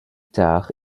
tard